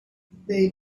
they